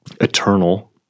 eternal